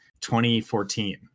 2014